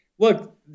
Look